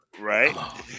right